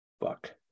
fuck